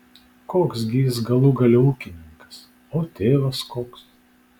koks gi jis galų gale ūkininkas o tėvas koks